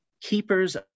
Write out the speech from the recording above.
keepers